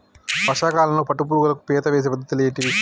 వర్షా కాలంలో పట్టు పురుగులకు మేత వేసే పద్ధతులు ఏంటివి?